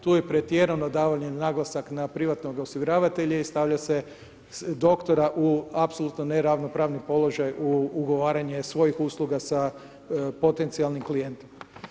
Tu je pretjerano davanje naglasak na privatnog osiguravatelja i stavlja se doktora u apsolutno neravnopravni položaj u ugovaranje svojih usluga sa potencijalnim klijentima.